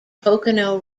pocono